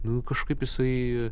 nu kažkaip jisai